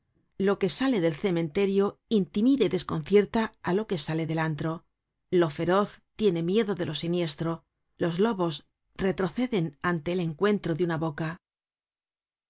lo que sale del cementerio intimida y desconcierta á lo que sale del antro lo feroz tiene miedo de lo siniestro los lobos retroceden ante el encuentro de una boca